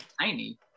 tiny